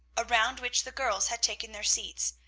around which the girls had taken their seats,